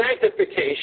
sanctification